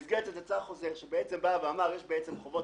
במסגרת זאת יצא חוזר שאמר שיש חובות